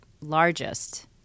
largest